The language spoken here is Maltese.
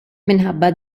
minħabba